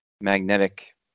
magnetic